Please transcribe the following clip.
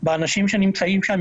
באנשים שנמצאים שם,